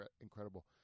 incredible